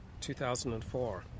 2004